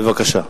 בבקשה.